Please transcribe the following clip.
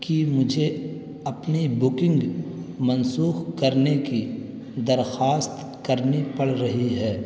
کہ مجھے اپنی بکنگ منسوخ کرنے کی درخواست کرنی پڑ رہی ہے